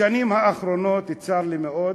בשנים האחרונות, צר לי מאוד,